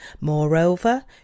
Moreover